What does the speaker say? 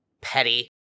Petty